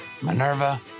Minerva